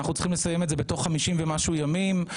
אנחנו צריכים לסיים את זה בתוך 50 ומשהו ימים.